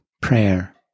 prayer